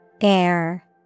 Air